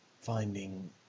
finding